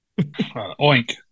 Oink